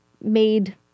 made